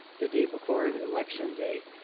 the day before the election day,